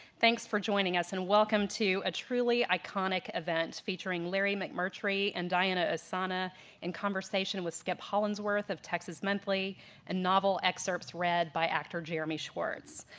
thanks for joining us, and welcome to a truly iconic event featuring larry mcmurtry and diana ossana in conversation with skip hollandsworth of texas monthly and novel excerpts read by actor jeremy schwartz.